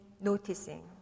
noticing